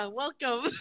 welcome